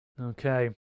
okay